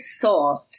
thought